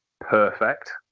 perfect